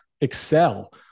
excel